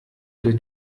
den